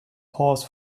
horse